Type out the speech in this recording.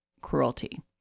cruelty